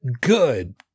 Good